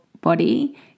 body